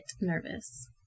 nervous